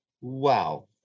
Wow